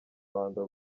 ruhando